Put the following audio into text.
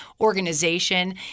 organization